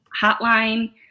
hotline